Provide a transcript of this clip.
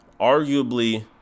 arguably